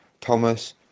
Thomas